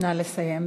נא לסיים.